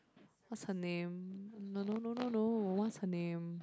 what's her name no no no no no what's her name